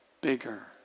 bigger